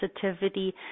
sensitivity